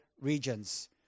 regions